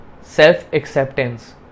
self-acceptance